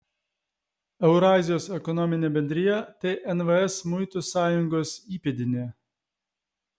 eurazijos ekonominė bendrija tai nvs muitų sąjungos įpėdinė